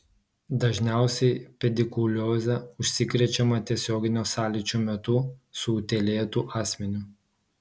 dažniausiai pedikulioze užsikrečiama tiesioginio sąlyčio metu su utėlėtu asmeniu